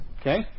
Okay